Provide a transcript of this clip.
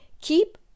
keep